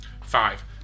five